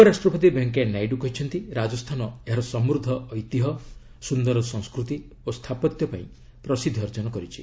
ଉପରାଷ୍ଟ୍ରପତି ଭେଙ୍କେୟା ନାଇଡୁ କହିଛନ୍ତି ରାଜସ୍ଥାନ ଏହାର ସମୃଦ୍ଧ ଐତିହ୍ୟ ସୁନ୍ଦର ସଂସ୍କୃତି ଓ ସ୍ଥାପତ୍ୟ ପାଇଁ ପ୍ରସିଦ୍ଧି ଅର୍ଜନ କରିଛି